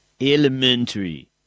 Elementary